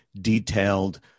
detailed